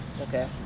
Okay